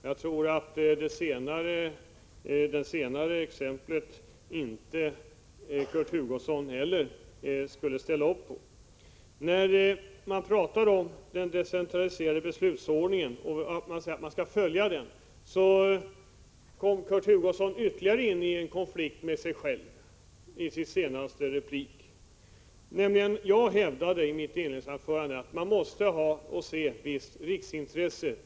Jag tror att det senare alternativet skulle inte Kurt Hugosson heller ställa upp på. När han pratade om att man skall följa den decentraliserade beslutsordningen, kom Kurt Hugosson in i ytterligare en konflikt med sig själv. Jag hävdade i mitt inledningsanförande att man måste se vissa vägar som riksintressen.